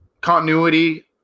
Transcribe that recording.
continuity